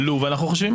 אנחנו חושבים אחרת.